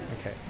Okay